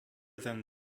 than